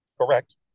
Correct